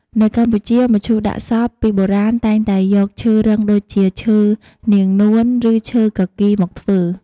នៅកម្ពុជា មឈូសដាក់សព ពីបុរាណតែងតែយកឈើរឹងដូចជា ឈើនាងនួន ឬឈើគគីរ មកធ្វើ។